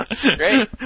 great